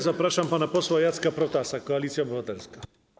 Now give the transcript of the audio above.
Zapraszam pana posła Jacka Protasa, Koalicja Obywatelska.